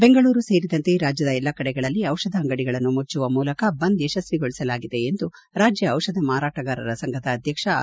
ಬೆಂಗಳೂರು ಸೇರಿದಂತೆ ರಾಜ್ಯದ ಎಲ್ಲಾ ಕಡೆಗಳಲ್ಲಿ ಔಷಧ ಅಂಗಡಿಗಳನ್ನು ಮುಚ್ಚುವ ಮೂಲಕ ಬಂದ್ ಯಶಸ್ವಿಗೊಳಿಸಲಾಗಿದೆ ಎಂದು ರಾಜ್ಯ ಔಷಧ ಮಾರಾಟಗಾರರ ಸಂಘದ ಅಧ್ಯಕ್ಷ ಆರ್